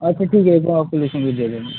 अच्छा ठीक है जो आपको दे देना